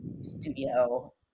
studio